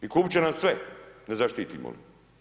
I kupit će nas sve ne zaštitimo li.